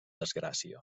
desgràcia